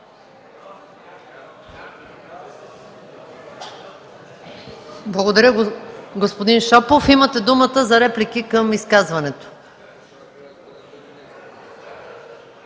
Благодаря Ви, господин Шопов. Имате думата за реплики към изказването.